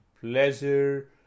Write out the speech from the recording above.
pleasure